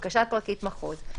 לבקשת פרקליט מחוז,